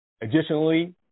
Additionally